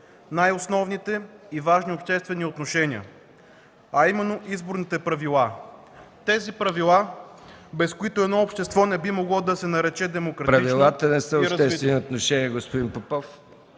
най-основните и важни обществени отношения, а именно изборните правила, без които едно общество не би могло да се нарече демократично...